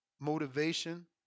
motivation